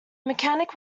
mechanic